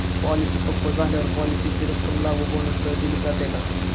Policy पक्व झाल्यावर पॉलिसीची रक्कम लागू बोनससह दिली जाते का?